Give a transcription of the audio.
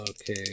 Okay